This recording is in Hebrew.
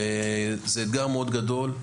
זה אתגר מאוד גדול.